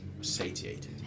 satiated